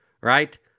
Right